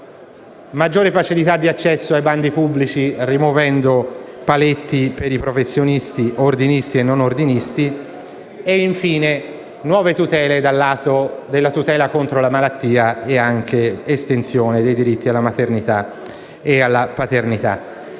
maggiore facilità di accesso ai bandi pubblici, rimuovendo paletti per i professionisti, ordinistici e non. Vi sono, infine, nuove tutele per la malattia e anche estensione dei diritti alla maternità e alla paternità.